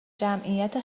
جمعیت